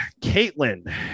Caitlin